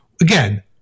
again